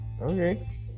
Okay